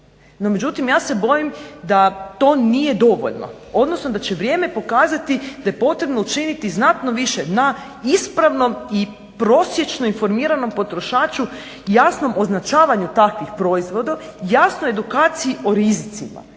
međutim, ja se bojim da to nije dovoljno odnosno da će vrijeme pokazati da je potrebno učiniti znatno više na ispravnom i prosječno informiranom potrošaču, jasnom označavanju takvih proizvoda, jasnoj edukaciji o rizicima